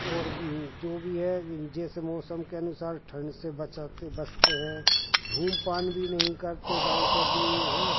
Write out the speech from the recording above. और जो भी है जिस मौसम के अनुसार ठंड से बचाते बसते हैं धूम्रपान भी नहीं करते गाँव के अदमी हाँ